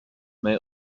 may